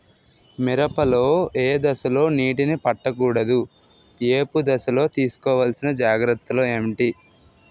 మిరప లో ఏ దశలో నీటినీ పట్టకూడదు? ఏపు దశలో తీసుకోవాల్సిన జాగ్రత్తలు ఏంటి?